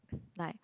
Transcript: like